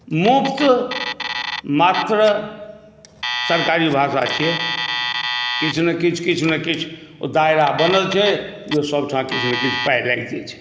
मुफ्त मात्र सरकारी भाषा छियै किछु ने किछु किछु ने किछु ओ दायरा बनल छै जे सभठाम किछु ने किछु पाइ लागि जाइत छै